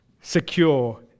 secure